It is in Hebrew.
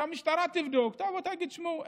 שהמשטרה תבדוק ותגיד: שמעו,